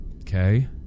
okay